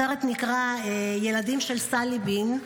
הסרט נקרא "הילדים של סאלי ביין",